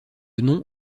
nom